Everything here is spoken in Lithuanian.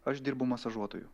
aš dirbu masažuotoju